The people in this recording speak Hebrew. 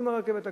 עם הרכבת הקלה.